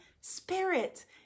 spirit